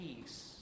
peace